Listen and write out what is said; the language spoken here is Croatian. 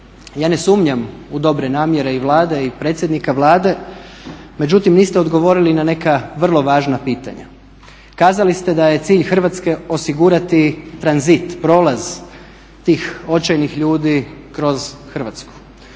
Ja ne sumnjam u dobre namjere i Vlade i predsjednika Vlade, međutim niste odgovorili na neka vrlo važna pitanja. Kazali ste da je cilj Hrvatske osigurati tranzit, prolaz tih očajnih ljudi kroz Hrvatsku.